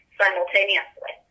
simultaneously